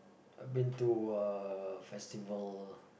I've been to uh festival